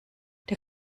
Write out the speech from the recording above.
der